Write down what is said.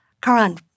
Karan